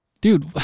Dude